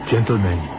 Gentlemen